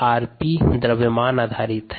rP द्रव्यमान आधारित है